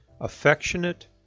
affectionate